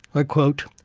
i quote,